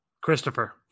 Christopher